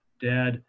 Dad